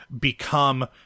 become